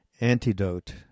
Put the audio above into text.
Antidote